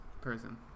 person